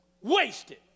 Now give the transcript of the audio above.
wasted